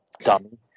dummy